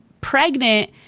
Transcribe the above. pregnant